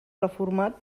reformat